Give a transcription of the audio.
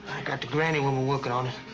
i got the granny woman working on it.